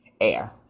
Air